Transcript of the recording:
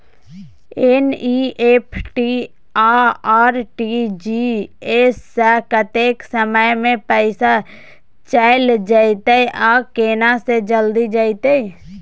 NEFT आ RTGS स कत्ते समय म पैसा चैल जेतै आ केना से जल्दी जेतै?